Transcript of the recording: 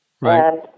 Right